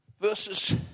verses